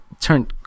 Turn